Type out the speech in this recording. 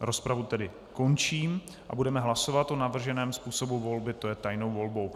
Rozpravu tedy končím a budeme hlasovat o navrženém způsobu volby, to je tajnou volbou.